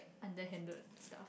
underhanded stuff